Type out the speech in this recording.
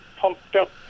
pumped-up